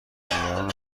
نگران